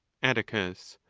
atticus.